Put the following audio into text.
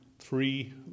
three